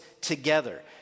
together